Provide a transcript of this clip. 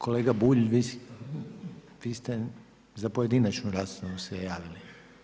Kolega Bulj vi ste za pojedinačnu raspravu se javili?